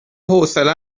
حوصله